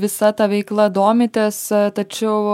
visa ta veikla domitės tačiau